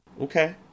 okay